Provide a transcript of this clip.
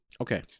Okay